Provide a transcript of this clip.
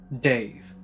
Dave